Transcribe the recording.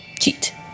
cheat